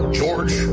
george